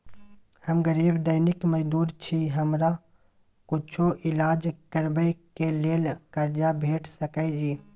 हम गरीब दैनिक मजदूर छी, हमरा कुछो ईलाज करबै के लेल कर्जा भेट सकै इ?